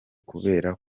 kubera